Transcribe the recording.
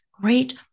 great